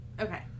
Okay